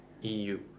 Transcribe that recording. EU